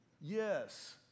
Yes